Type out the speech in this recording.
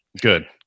Good